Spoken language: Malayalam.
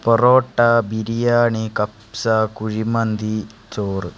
പൊറോട്ട ബിരിയാണി കപ്സ കുഴിമന്തി ചോറ്